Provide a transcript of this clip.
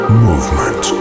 movement